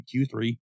Q3